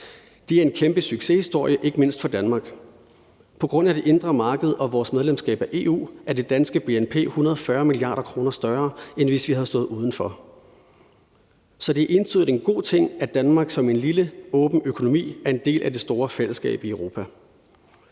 Det er en kæmpe succeshistorie ikke mindst for Danmark. På grund af det indre marked og vores medlemskab af EU er det danske bnp 140 mia. kr. større, end det ville have været, hvis vi havde stået uden for. Så det er entydigt en god ting, at Danmark som en lille åben økonomi er en del af det store fællesskab i Europa.